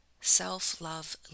self-love